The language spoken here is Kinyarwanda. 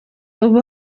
ubu